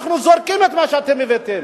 אנחנו זורקים את מה שאתם הבאתם.